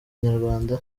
inyarwanda